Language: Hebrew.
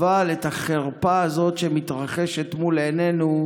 אבל החרפה הזאת שמתרחשת מול עינינו,